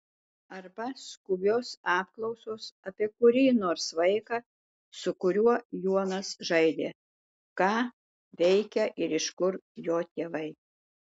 arba skubios apklausos apie kurį nors vaiką su kuriuo jonas žaidė ką veikia ir iš kur jo tėvai